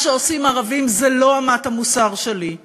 מה שעושים ערבים זה לא אמת המוסר שלי.